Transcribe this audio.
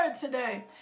today